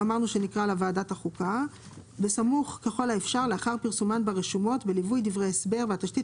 ככל האפשר לאחר פרסומן ברשומות בליווי דברי הסבר והתשתית